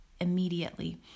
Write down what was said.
immediately